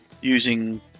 using